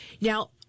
Now